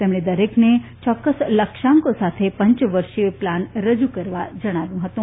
તેમણે દરેકને ચૌક્કસ લક્ષ્યાંકો સાથે પંચ વર્ષીય પ્લાન રજુ કરવા જણાવ્યું હતું